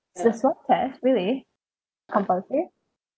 is that so really compulsory